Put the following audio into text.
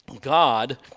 God